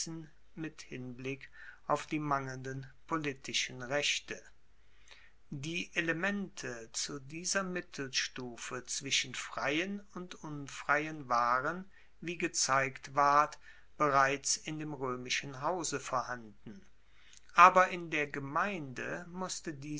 mit hinblick auf die mangelnden politischen rechte die elemente zu dieser mittelstufe zwischen freien und unfreien waren wie gezeigt ward bereits in dem roemischen hause vorhanden aber in der gemeinde musste